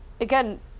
again